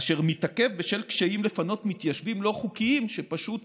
אשר מתעכב בשל קשיים לפנות מתיישבים לא חוקיים שפשוט